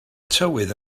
tywydd